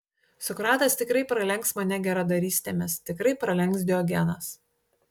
sokratas tikrai pralenks mane geradarystėmis tikrai pralenks diogenas